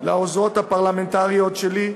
לעוזרות הפרלמנטריות שלי,